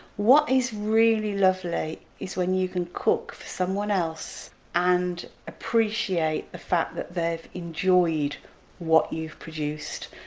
what is really lovely is when you can cook for someone else and appreciate the fact that they've enjoyed what you've produced.